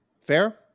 fair